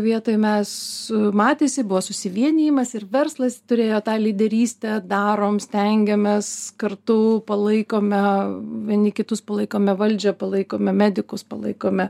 vietoj mes matėsi buvo susivienijimas ir verslas turėjo tą lyderystę darom stengiamės kartu palaikome vieni kitus palaikome valdžią palaikome medikus palaikome